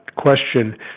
question